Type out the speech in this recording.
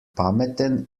pameten